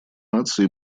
наций